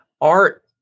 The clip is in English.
art